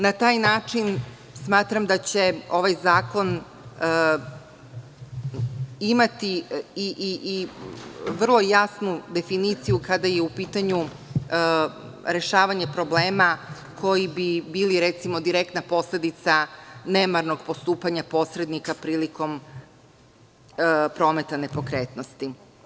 Na taj način smatram da će ovaj zakon imati vrlo jasnu definiciju, kada je u pitanju rešavanje problema koji bi bili direktna posledica, nemarnog postupanja posrednika prilikom prometa nepokretnosti.